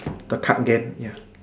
the card game ya